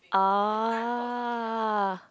oh